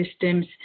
systems